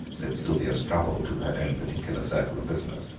said sylvia strubble to her own particular circle of listeners,